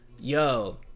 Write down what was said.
yo